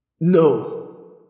No